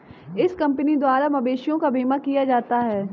इस कंपनी द्वारा मवेशियों का बीमा किया जाता है